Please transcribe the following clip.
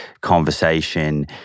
conversation